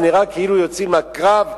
נראה כאילו יוצאים לקרב,